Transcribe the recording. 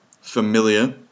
familiar